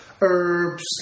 herbs